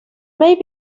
may